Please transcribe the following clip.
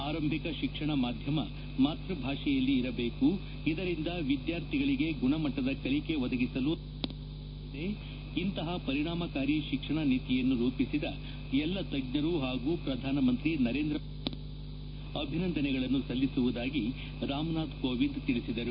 ಆರಂಭಿಕ ಶಿಕ್ಷಣ ಮಾಧ್ಯಮ ಮಾತ್ವ ಭಾಷೆಯಲ್ಲಿ ಇರಬೇಕು ಇದರಿಂದ ವಿದ್ಯಾರ್ಥಿಗಳಿಗೆ ಗುಣಮಟ್ಟದ ಕಲಿಕೆ ಒದಗಿಸಲು ಸಹಕಾರಿಯಾಗಲಿದೆ ಇಂತಹ ಪರಿಣಾಮಕಾರಿ ಶಿಕ್ಷಣ ನೀತಿಯನ್ನು ರೂಪಿಸಿದ ಎಲ್ಲಾ ತಜ್ಞರು ಹಾಗೂ ಪ್ರಧಾನಮಂತ್ರಿ ನರೇಂದ್ರ ಮೋದಿ ಅವರಿಗೆ ಅಭಿನಂದನೆಗಳನ್ನು ಸಲ್ಲಿಸುವುದಾಗಿ ರಾಮನಾಥ್ ಕೋವಿಂದ್ ತಿಳಿಸಿದರು